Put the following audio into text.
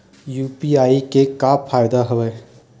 UPI के का फ़ायदा हवय?